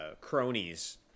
cronies